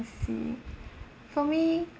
see for me